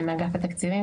מאגף התקציבים,